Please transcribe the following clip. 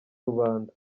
rubanda